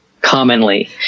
commonly